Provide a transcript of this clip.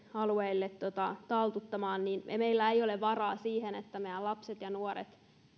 alueille taltuttamaan niin meillä ei ole varaa siihen että tulevina viikkoina meidän lapset ja nuoret